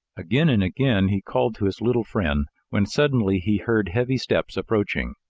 again and again he called to his little friend, when suddenly he heard heavy steps approaching.